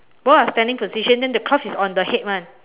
both are standing position then the cloth is on the head [one]